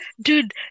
dude